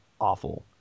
awful